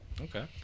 Okay